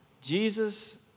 Jesus